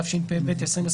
התשפ"ב-2021,